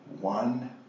one